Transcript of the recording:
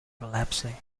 collapsing